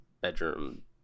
bedroom